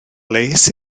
les